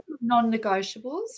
non-negotiables